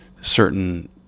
certain